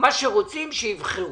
מה שרוצים שיבחרו.